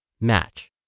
Match